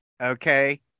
okay